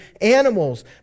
animals